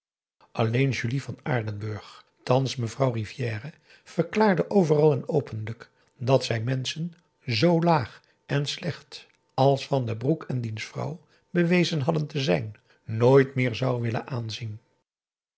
alleen julie van aardenburg thans mevrouw rivière verklaarde overal en openlijk dat zij menschen z laag en slecht als van den broek en diens vrouw bewezen hadden te zijn nooit meer zou willen aanzien